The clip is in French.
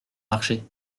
marché